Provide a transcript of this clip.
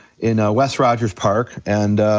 in west rogers park, and.